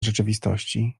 rzeczywistości